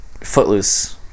footloose